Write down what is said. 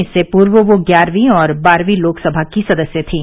इससे पूर्व वह ग्यारहवीं व बारहवीं लोकसभा की सदस्य थीं